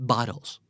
Bottles